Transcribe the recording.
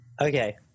Okay